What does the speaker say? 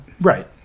Right